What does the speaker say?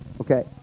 okay